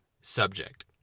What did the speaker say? subject